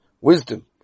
wisdom